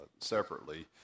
separately